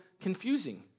confusing